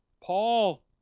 Paul